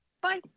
Bye